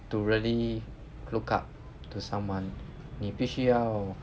to really look up to someone 你必须要